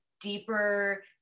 deeper